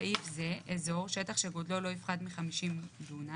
בסעיף זה אזור: שטח שגודלו לא יפחת מ-50 דונם.